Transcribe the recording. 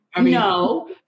No